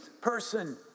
person